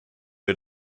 wir